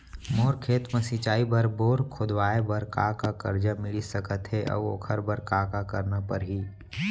मोर खेत म सिंचाई बर बोर खोदवाये बर का का करजा मिलिस सकत हे अऊ ओखर बर का का करना परही?